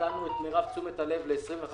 אנחנו נתנו את מירב תשומת הלב ל-22-21